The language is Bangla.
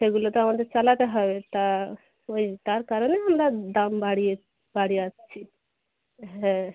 সেগুলো তো আমাদের চালাতে হবে তা ওই তার কারণে আমরা দাম বাড়িয়ে বাড়িয়ে আসছি হ্যাঁ